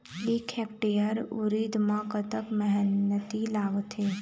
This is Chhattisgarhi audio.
एक हेक्टेयर उरीद म कतक मेहनती लागथे?